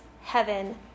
heaven